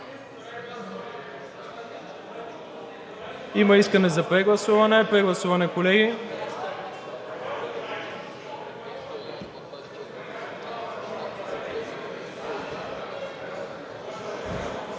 Има искане за прегласуване. Прегласуване, колеги.